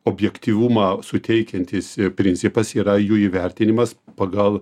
objektyvumą suteikiantis principas yra jų įvertinimas pagal